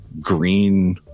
green